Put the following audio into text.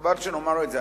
חבל שנאמר את זה.